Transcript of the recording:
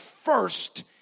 First